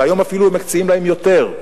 והיום אפילו מציעים להם יותר.